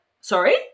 sorry